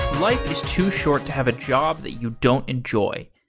life is too short to have a job that you don't enjoy.